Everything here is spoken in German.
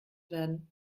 werden